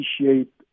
appreciate